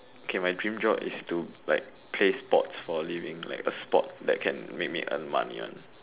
okay my dream job is to like play sports for a living like a sport that can make me earn money one